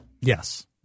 Yes